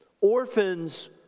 orphans